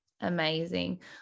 amazing